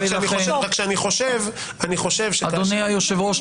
אדוני היושב-ראש,